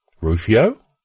Rufio